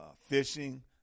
fishing